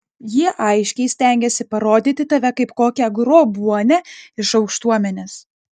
jie aiškiai stengiasi parodyti tave kaip kokią grobuonę iš aukštuomenės